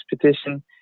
petition